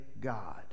God